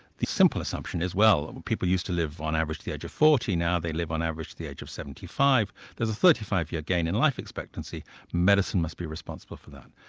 the simple assumption is well, and but people used to live on average to the age of forty, now they live on average to the age of seventy five. there's a thirty five year gain in life expectancy medicine must be responsible for that.